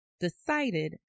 decided